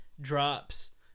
drops